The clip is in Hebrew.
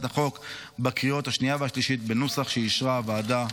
החוק בקריאה השנייה והשלישית בנוסח שאישרה הוועדה.